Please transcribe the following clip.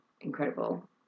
incredible